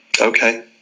Okay